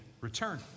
return